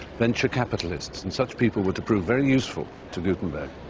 venture capitalists. and such people were to prove very useful to gutenberg.